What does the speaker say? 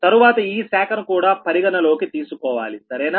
తరువాత ఈ శాఖను కూడా పరిగణలోకి తీసుకోవాలి సరేనా